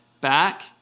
back